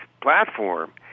platform